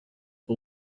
but